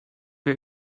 wer